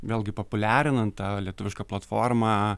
vėlgi populiarinan tą lietuvišką platformą